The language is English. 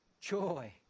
joy